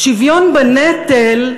שוויון בנטל,